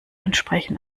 entsprechen